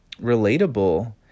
relatable